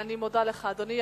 אני מודה לך, אדוני.